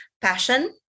passion